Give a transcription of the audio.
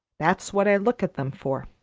that's what i look at them for.